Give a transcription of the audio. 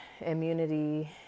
immunity